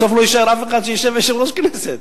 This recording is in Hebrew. בסוף לא יישאר אף אחד שישב כיושב-ראש הכנסת.